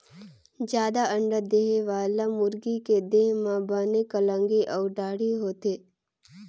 जादा अंडा देहे वाला मुरगी के देह म बने कलंगी अउ दाड़ी होथे